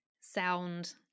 Sound